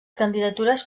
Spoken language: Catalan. candidatures